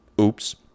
Oops